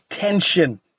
tension